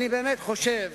אני באמת חושב